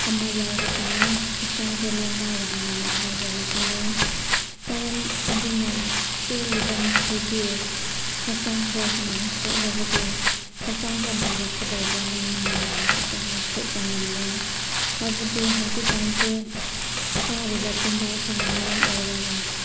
ꯑꯃ ꯌꯥꯎꯔꯛꯀꯅꯤ ꯍꯛꯆꯥꯡꯁꯦ ꯂꯥꯏꯅꯥ ꯌꯥꯝꯅ ꯅꯥꯕ ꯍꯦꯜꯂꯛꯀꯅꯤ ꯃꯔꯝ ꯑꯗꯨꯅ ꯆꯦꯜꯂꯤꯕ ꯃꯈꯩꯗꯤ ꯍꯛꯆꯥꯡꯗ ꯍꯨꯃꯥꯡ ꯊꯣꯛꯂꯕꯗꯤ ꯍꯛꯆꯥꯡꯗ ꯅꯥꯔꯛꯀꯗꯧꯕ ꯂꯥꯏꯅꯥ ꯃꯌꯥꯝꯁꯤꯁꯨ ꯉꯥꯛꯊꯣꯛꯄ ꯉꯝꯃꯦ ꯍꯥꯏꯕꯗꯤ ꯍꯧꯖꯤꯛꯀꯥꯟꯁꯦ ꯆꯥꯔꯤꯕ ꯆꯤꯟꯖꯥꯛꯁꯤꯅ ꯃꯔꯝ ꯑꯣꯏꯔꯒ